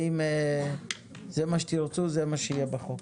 ואם זה מה שתרצו, זה מה שיהיה בחוק.